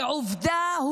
ועובדה,